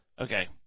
Okay